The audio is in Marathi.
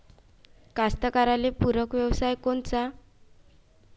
कास्तकाराइले पूरक व्यवसाय कोनचा?